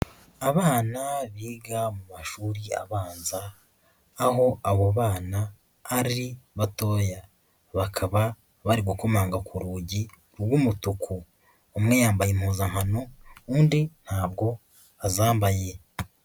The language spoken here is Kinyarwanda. Abana biga mu mashuri abanza, aho abo bana ari batoya, bakaba bari gukomanga ku rugi rw'umutuku. Umwe yambaye impuzankano, undi ntabwo azambaye.